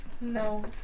No